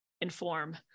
inform